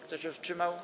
Kto się wstrzymał?